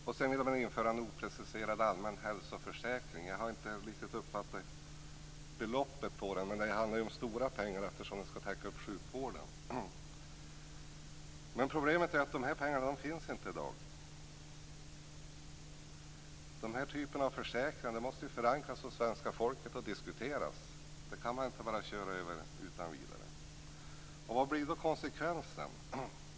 Vidare vill man införa en opreciserad allmän hälsoförsäkring. Jag har inte riktigt uppfattat beloppet, men det handlar om stora pengar eftersom den skall täcka sjukvårdskostnaderna. Problemet är att de här pengarna inte finns i dag. Den här typen av försäkring måste ju förankras hos svenska folket och diskuteras. Man kan inte bara köra över dem utan vidare. Vad blir då konsekvensen?